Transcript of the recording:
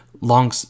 long